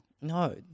No